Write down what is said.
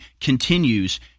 continues